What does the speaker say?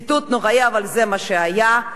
ציטוט נוראי, אבל זה מה שהיה.